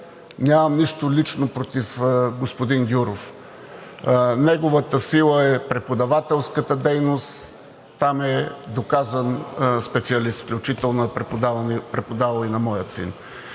нямам нищо лично против господин Гюров, неговата сила е преподавателската дейност, там е доказан специалист, включително е преподавал и на моя син,